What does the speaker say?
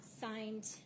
signed